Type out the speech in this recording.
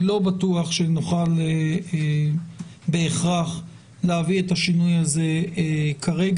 אני לא בטוח שנוכל בהכרח להביא את השינוי הזה כרגע.